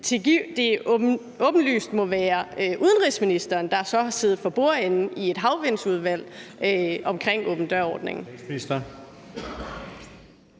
at det åbenlyst må være udenrigsministeren, der så har siddet for bordenden i et havvindudvalg omkring åben dør-ordningen?